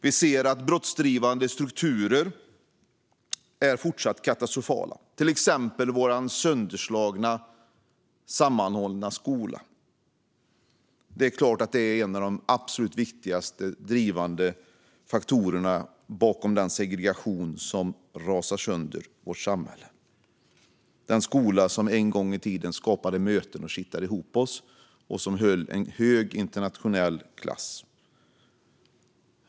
Vi ser katastrofala brottsdrivande strukturer, till exempel att vår sammanhållande skola slagits sönder. Det är en av de främsta pådrivande faktorerna till den segregation som trasar sönder vårt samhälle. En gång i tiden skapade denna skola möten, kittade ihop oss och höll hög internationell klass.